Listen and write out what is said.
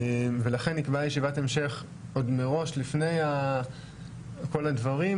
ולכן נקבעה ישיבת המשך עוד מראש לפני כל הדברים,